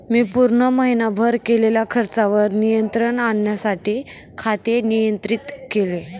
मी पूर्ण महीनाभर केलेल्या खर्चावर नियंत्रण आणण्यासाठी खाते नियंत्रित केले